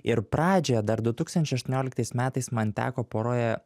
ir pradžioje dar du tūkstančiai aštuonioliktais metais man teko poroje